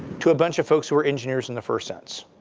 to a bunch of folks who were engineers in the first sense.